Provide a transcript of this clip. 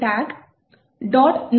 ABI tag